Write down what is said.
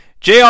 JR